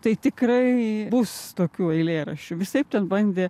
tai tikrai bus tokių eilėraščių visaip ten bandė